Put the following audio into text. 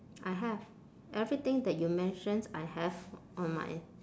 I have everything that you mentioned I have on my